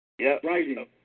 writing